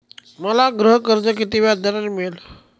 मला गृहकर्ज किती व्याजदराने मिळेल?